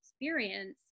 experience